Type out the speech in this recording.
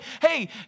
hey